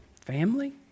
Family